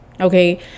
Okay